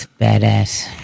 badass